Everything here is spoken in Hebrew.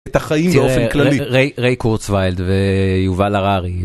תחיים באופן כללי, תראה רי רי קורצווילד ויובל הררי.